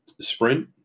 sprint